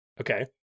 Okay